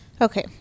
Okay